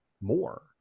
more